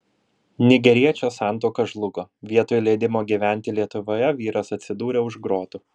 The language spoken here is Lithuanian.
nigeriečio santuoka žlugo vietoj leidimo gyventi lietuvoje vyras atsidūrė už grotų